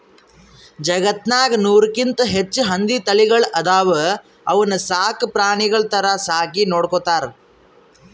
ಜಗತ್ತ್ನಾಗ್ ನೂರಕ್ಕಿಂತ್ ಹೆಚ್ಚ್ ಹಂದಿ ತಳಿಗಳ್ ಅದಾವ ಅವನ್ನ ಸಾಕ್ ಪ್ರಾಣಿಗಳ್ ಥರಾ ಸಾಕಿ ನೋಡ್ಕೊತಾರ್